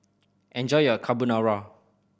enjoy your Carbonara